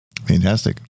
fantastic